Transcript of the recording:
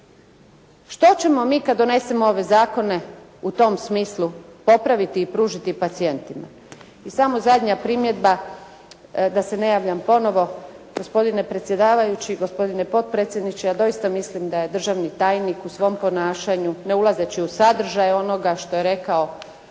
Što ćemo mi kad donesemo ove zakone u tom smislu popraviti i pružiti pacijenitima? I samo zadnja primjedba da se ne javljam ponovno. Gospodine predsjedavajući, gospodine potpredsjedniče, ja doista mislim da je državni tajnik u svom ponašanju, ne ulazeći u sadržaj onoga što je rekao,